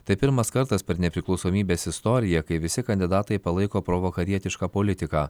tai pirmas kartas per nepriklausomybės istoriją kai visi kandidatai palaiko provakarietišką politiką